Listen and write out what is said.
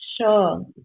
Sure